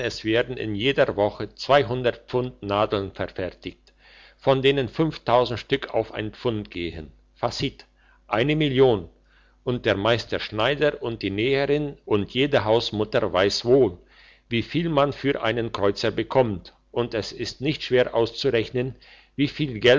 werden in jeder woche pfund nadeln verfertigt von denen stück auf ein pfund gehen facit eine million und der meister schneider und die näherin und jede hausmutter weiss wohl wieviel man für einen kreuzer bekommt und es ist nicht schwer auszurechnen wie